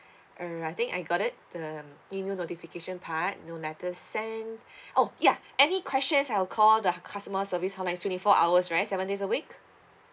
alright I think I got it the um email notification part no letters send oh ya any questions I'll call the customer service like twenty four hours right seven days a week